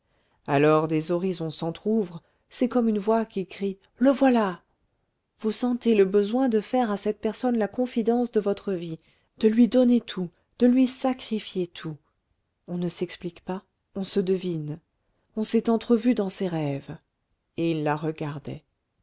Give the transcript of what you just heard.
alors des horizons s'entrouvrent c'est comme une voix qui crie le voilà vous sentez le besoin de faire à cette personne la confidence de votre vie de lui donner tout de lui sacrifier tout on ne s'explique pas on se devine on s'est entrevu dans ses rêves et il la regardait